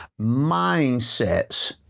Mindsets